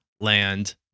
land